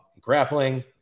Grappling